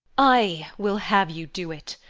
i will have you do it!